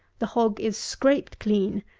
the hog is scraped clean,